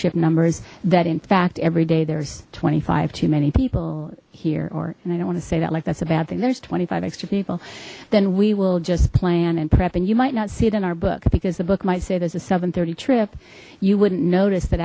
ridership numbers that in fact every day there's twenty five too many people here or and i don't want to say that like that's a bad thing there's twenty five extra people then we will just plan and prep and you might not see it in our book because the book might say there's a seven hundred and thirty trip you wouldn't notice that